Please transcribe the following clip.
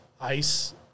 ice